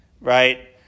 right